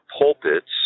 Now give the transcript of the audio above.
Pulpits